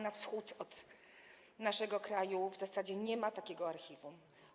Na wschód od naszego kraju w zasadzie nie ma takiego archiwum.